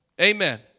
Amen